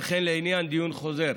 וכן לעניין דיון חוזר.